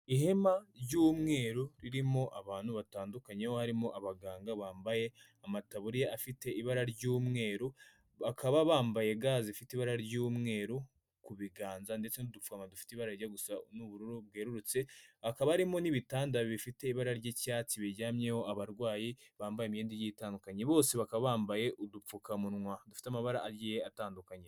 Ihema ry'umweru ririmo abantu batandukanye aho harimo abaganga bambaye amataburiya afite ibara ry'umweru, bakaba bambaye ga zifite ibara ry'umweru ku biganza ndetse n'udupfukamunwa dufite ibara rijya gusa n'ubururu bwerurutse. Hakaba harimo n'ibitanda bifite ibara ry'icyatsi biryamyeho abarwayi bambaye imyenda igiye itandukanye, bose bakaba bambaye udupfukamunwa dufite amabara agiye atandukanye.